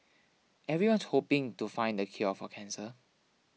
everyone's hoping to find the cure for cancer